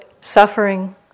suffering